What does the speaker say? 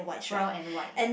brown and white